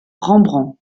rembrandt